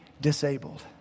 disabled